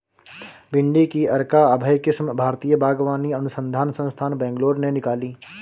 भिंडी की अर्का अभय किस्म भारतीय बागवानी अनुसंधान संस्थान, बैंगलोर ने निकाली